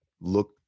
look